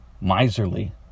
miserly